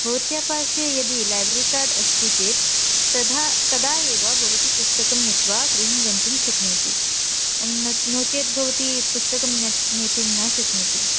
भवत्याः पार्श्वे यदि लैब्रेरी कार्ड् अस्ति चेत् तधा तदा एव भवती पुस्तकं नीत्वा गृहं गन्तुं शक्नोति न नो चेत् भवती पुस्तकं नेत् नेतुं न शक्नोति